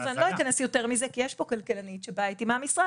ואני לא אכנס יותר מזה כי יש פה כלכלנית שבאה איתי מהמשרד,